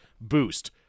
boost